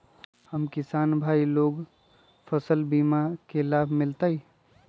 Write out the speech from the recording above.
हम किसान भाई लोग फसल बीमा के लाभ मिलतई?